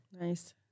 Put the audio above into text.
Nice